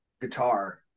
guitar